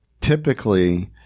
typically